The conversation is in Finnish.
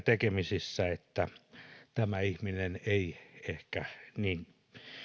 tekemisissä että tämä ihminen ei ehkä niin